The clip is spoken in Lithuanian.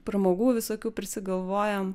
pramogų visokių prisigalvojam